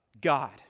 God